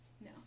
No